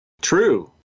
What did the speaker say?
True